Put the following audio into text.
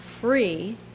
free